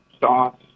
sauce